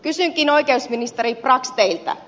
kysynkin oikeusministeri brax teiltä